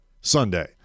Sunday